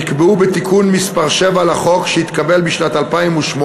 נקבעו בתיקון מס' 7 לחוק, שהתקבל בשנת 2008,